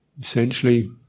essentially